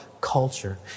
culture